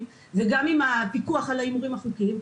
וגם עם הפיקוח על ההימורים החוקיים,